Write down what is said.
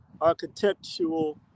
architectural